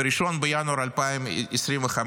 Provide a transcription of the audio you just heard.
ב-1 בינואר 2025,